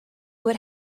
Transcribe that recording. what